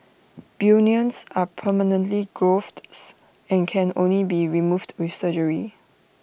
bunions are permanent growths and can only be removed with surgery